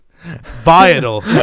vital